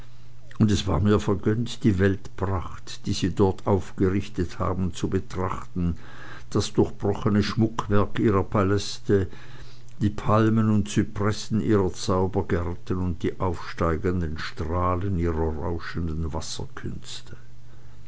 und es war mir vergönnt die weltpracht die sie dort aufgerichtet haben zu betrachten das durchbrochene schmuckwerk ihrer paläste die palmen und zypressen ihrer zaubergärten und die aufsteigenden strahlen ihrer rauschenden